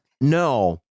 No